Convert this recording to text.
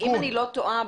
אם אני לא טועה,